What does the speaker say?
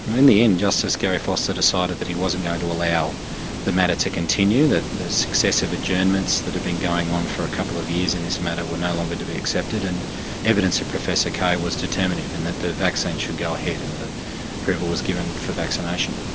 in the end, justice garry foster decided that he wasn't going to allow the matter to continue, that the successive adjournments that had been going on for a couple of years in this matter were no longer to be accepted and evidence of professor k was determinative in that the vaccine should go ahead. and the approval was given for vaccination.